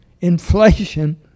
inflation